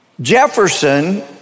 Jefferson